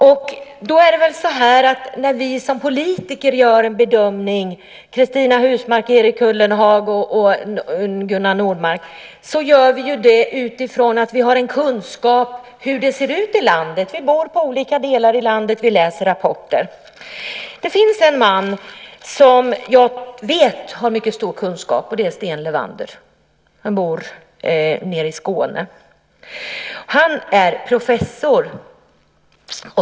När vi - Cristina Husmark Pehrsson, Erik Ullenhag, Gunnar Nordmark och jag - som politiker gör en bedömning så gör vi det utifrån att vi har en kunskap om hur det ser ut i landet. Vi bor i olika delar av landet, och vi läser rapporter. Det finns en man som jag vet har mycket stor kunskap, och det är Sten Levander. Han bor nere i Skåne, och han är professor.